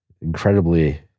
incredibly